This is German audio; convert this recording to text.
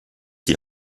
die